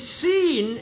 seen